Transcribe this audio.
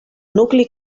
nucli